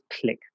click